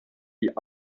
die